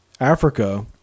Africa